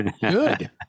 Good